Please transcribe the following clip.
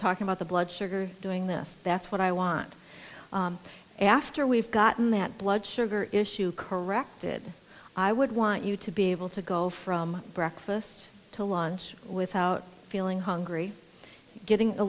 talking about the blood sugar doing this that's what i want after we've gotten that blood sugar issue corrected i would want you to be able to go from breakfast to lunch without feeling hungry getting a